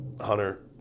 Hunter